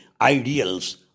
ideals